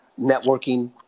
networking